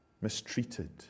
mistreated